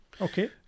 Okay